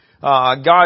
God